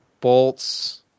bolts